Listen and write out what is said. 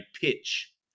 pitch